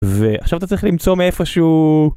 ועכשיו אתה צריך למצוא מאיפהשהו...